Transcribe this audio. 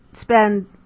spend